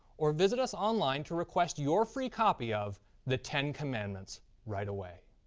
or visit us online to request your free copy of the ten commandments right away.